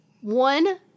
One